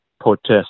protest